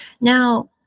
Now